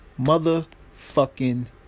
motherfucking